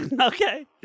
Okay